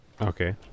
Okay